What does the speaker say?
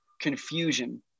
confusion